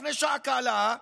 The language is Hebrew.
לפני שעה קלה,